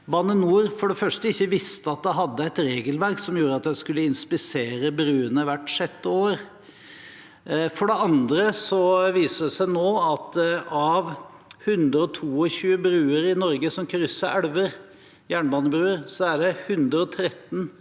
Bane NOR for det første ikke visste at de hadde et regelverk som sa at de skulle inspisere bruene hvert sjette år. For det andre viser seg nå at av 122 jernbanebruer i Norge som krysser elver, er det 113 som